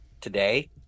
today